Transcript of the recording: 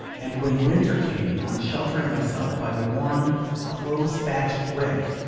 and when winter came on sheltering myself by the warm close-thatched rick,